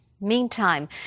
Meantime